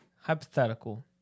Hypothetical